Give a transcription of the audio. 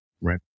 Right